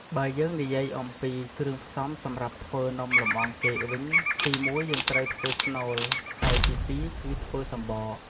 បើយើងនិយាយអំពីគ្រឿងផ្សំសម្រាប់ធ្វើនំលម្អងចេកវិញ ទីមួយយើងត្រូវធ្វើស្នូល ហើយទីពីរគឺធ្វើសំបក។